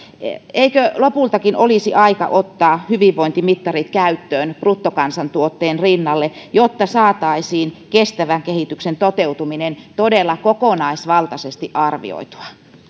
eikö lopultakin olisi aika ottaa hyvinvointimittarit käyttöön bruttokansantuotteen rinnalle jotta saataisiin kestävän kehityksen toteutuminen todella kokonaisvaltaisesti arvioitua